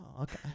okay